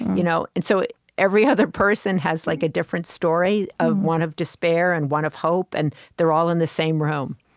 you know and so every other person has like a different story, one of despair and one of hope, and they're all in the same room.